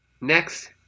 Next